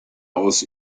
aus